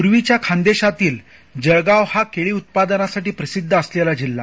पूर्वीच्या खान्देशातील जळगाव हा केळी उत्पादनासाठी प्रसिद्ध असलेला जिल्हा